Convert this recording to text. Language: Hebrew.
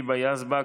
היבה יזבק,